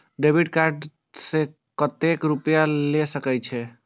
Debit card से कतेक रूपया ले सके छै?